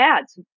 ads